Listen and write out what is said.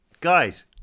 guys